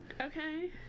okay